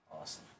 Awesome